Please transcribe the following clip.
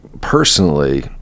personally